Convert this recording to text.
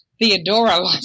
Theodora